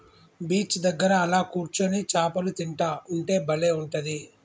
beach దగ్గర అలా కూర్చొని చాపలు తింటా ఉంటే బలే ఉంటది